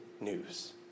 news